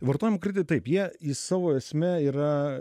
vartojimo kreditai taip jie į savo esme yra